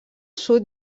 sud